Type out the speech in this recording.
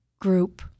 group